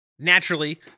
Naturally